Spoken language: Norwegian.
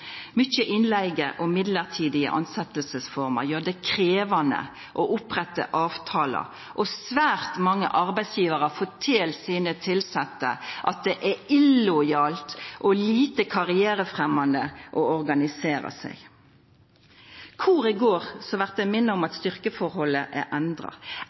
Mykje innleige og mellombelse tilsetjingsformer gjer det krevjande å oppretta avtalar, og svært mange arbeidsgjevarar fortel sine tilsette at det er illojalt og lite karrierefremjande å organisera seg. Kvar eg enn går, blir eg minna om at styrkjeforholda er endra